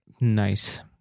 nice